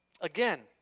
again